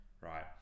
right